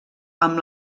amb